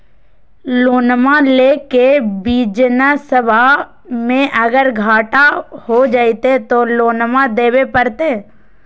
लोनमा लेके बिजनसबा मे अगर घाटा हो जयते तो लोनमा देवे परते?